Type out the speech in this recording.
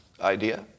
idea